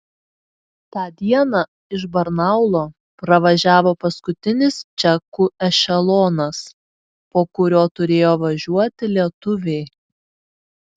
tą dieną iš barnaulo pravažiavo paskutinis čekų ešelonas po kurio turėjo važiuoti lietuviai